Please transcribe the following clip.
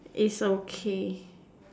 is okay